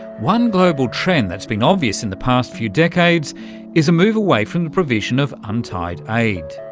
one global trend that's been obvious in the past few decades is a move away from the provision of untied aid.